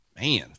man